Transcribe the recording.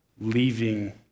leaving